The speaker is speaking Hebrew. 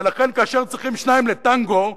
ולכן, כאשר צריכים שניים לטנגו,